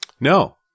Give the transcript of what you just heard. No